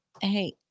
Hey